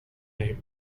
name